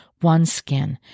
OneSkin